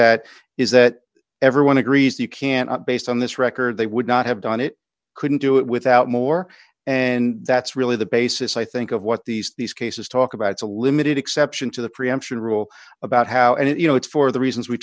at is that everyone agrees you cannot based on this record they would not have done it couldn't do it without more and that's really the basis i think of what these these cases talk about it's a limited exception to the preemption rule about how and you know it's for the reasons we